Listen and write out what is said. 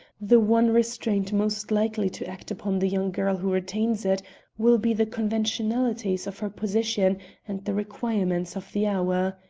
the one restraint most likely to act upon the young girl who retains it will be the conventionalities of her position and the requirements of the hour.